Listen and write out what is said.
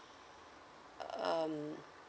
uh um